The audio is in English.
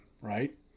Right